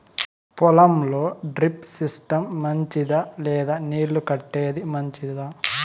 పొలం లో drip system మంచిదా లేదా నీళ్లు కట్టేది మంచిదా?